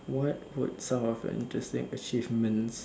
what would some of the interesting achievements